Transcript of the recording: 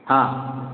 ହଁ